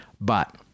But-